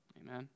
Amen